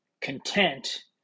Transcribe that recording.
content